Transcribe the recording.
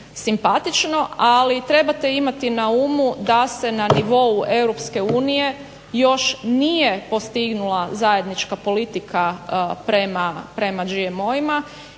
simpatično ali trebate imati na umu da se na nivou Europske unije još nije postignula zajednička politika prema GMO-ima